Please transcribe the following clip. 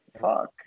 fuck